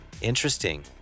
Interesting